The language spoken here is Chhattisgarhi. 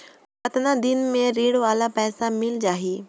कतना दिन मे ऋण वाला पइसा मिल जाहि?